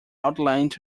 outlined